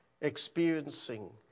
experiencing